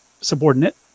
subordinate